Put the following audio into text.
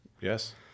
Yes